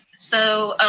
so